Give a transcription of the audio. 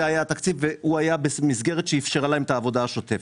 הוא היה במסגרת שאפשרה להם את העבודה השוטפת.